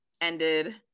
ended